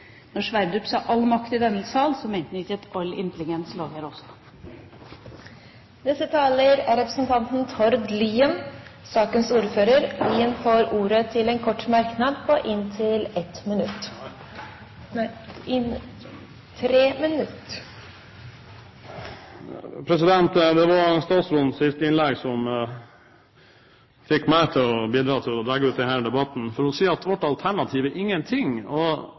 Når Sverdrup sa «all makt i denne sal», så mente han ikke at all intelligens lå her også. Det var statsrådens siste innlegg som fikk meg til å bidra til å dra ut denne debatten. Det å si at vårt alternativ er ingenting,